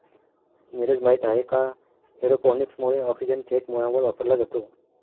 नीरज, माहित आहे का एरोपोनिक्स मुळे ऑक्सिजन थेट मुळांवर वापरला जातो